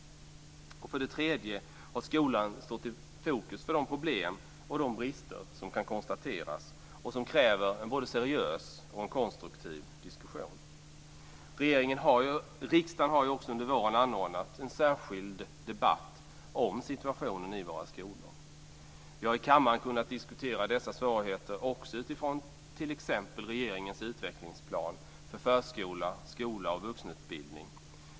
För det tredje har skolan stått i fokus för de problem och de brister som kan konstateras och som kräver en både seriös och en konstruktiv diskussion. Riksdagen har ju också under våren anordnat en särskild debatt om situationen i våra skolor. Vi har i kammaren kunnat diskutera dessa svårigheter också utifrån t.ex. regeringens utvecklingsplan för förskola, skola och vuxenutbildning.